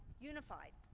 unified?